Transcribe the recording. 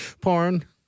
Porn